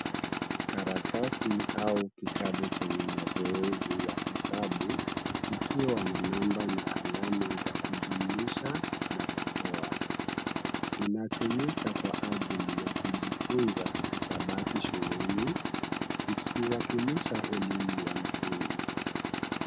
Karatasi au kitabu chenye mazoezi ya hesabu, kikiwa na namba na alama za kujumuisha na kutoa. Inatumika kwa ajili ya kujifunza hisabati shuleni, ikiwakilisha elimu ya msingi.